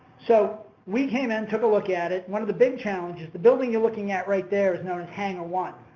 so, we came in took a look at it. one of the big challenges, the building you're looking at right there is known as hangar one,